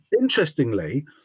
interestingly